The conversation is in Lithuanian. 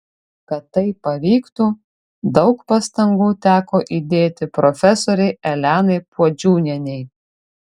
kad tai pavyktų daug pastangų teko įdėti profesorei elenai puodžiūnienei